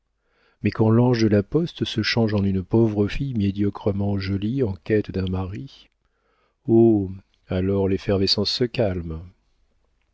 mais quand l'ange de la poste se change en une pauvre fille médiocrement jolie en quête d'un mari oh alors l'effervescence se calme